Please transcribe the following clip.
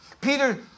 Peter